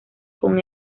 con